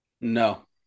No